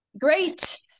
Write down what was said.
Great